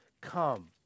come